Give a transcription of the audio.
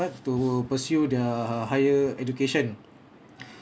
what to pursue the higher education